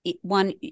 One